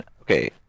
okay